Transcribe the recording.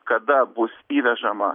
kada bus įvežama